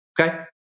Okay